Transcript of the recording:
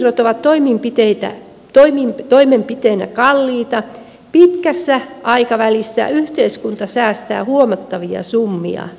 vaikka elinsiirrot ovat toimenpiteinä kalliita pitkällä aikavälillä yhteiskunta säästää huomattavia summia